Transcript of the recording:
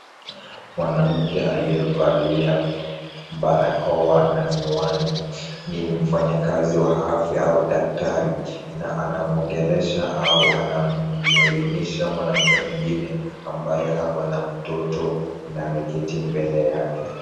Mwanamke aliyevalia barakoa na miwani , ni mfanyikazi wa afya au daktari, na anamwongelesha au anamwelimisha mwanamke mwingine ambaye ako na mtoto na ameketi mbele yake.